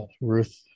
Ruth